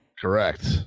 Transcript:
correct